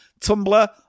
Tumblr